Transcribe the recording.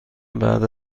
بعد